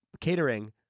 catering